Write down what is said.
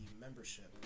membership